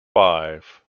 five